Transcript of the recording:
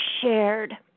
shared